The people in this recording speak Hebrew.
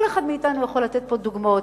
כל אחד מאתנו יכול לתת פה דוגמאות.